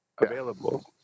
available